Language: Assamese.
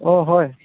অঁ হয়